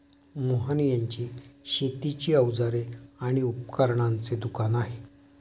मोहन यांचे शेतीची अवजारे आणि उपकरणांचे दुकान आहे